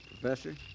Professor